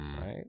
right